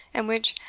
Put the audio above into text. and which,